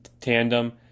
tandem